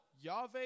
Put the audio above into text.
Yahweh